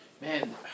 Man